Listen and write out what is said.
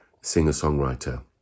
singer-songwriter